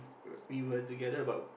were we were together about